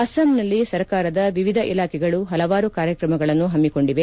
ಅಸ್ಪಾಂನಲ್ಲಿ ಸರ್ಕಾರದ ವಿವಿಧ ಇಲಾಖೆಗಳು ಹಲವಾರು ಕಾರ್ಯಕ್ರಮಗಳನ್ನು ಹಮ್ಮಿಕೊಂಡಿದೆ